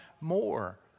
more